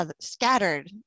scattered